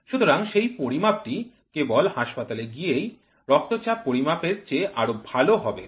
সুতরাং সেই পরিমাপটি কেবল হাসপাতালে গিয়েই রক্তচাপ পরিমাপের চেয়ে আরও ভালো হবে